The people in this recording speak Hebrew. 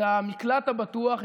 את המקלט הבטוח,